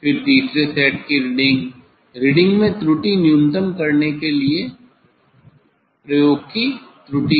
फिर तीसरे सेट की रीडिंग रीडिंग में त्रुटि न्यूनतम करने के लिए प्रयोग की त्रुटि